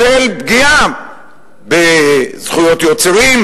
של פגיעה בזכויות יוצרים,